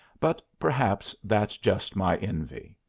but perhaps that's just my envy.